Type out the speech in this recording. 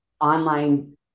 online